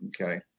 okay